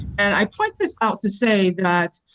and i point this out to say that